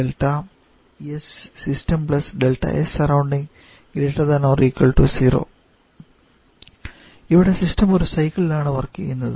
∆𝑆𝑠𝑦𝑠 ∆𝑆𝑠𝑢𝑟𝑟 ≥ 0 ഇവിടെ സിസ്റ്റം ഒരു സൈക്കിളിൽ ആണ് വർക്ക് ചെയ്യുന്നത്